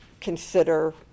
consider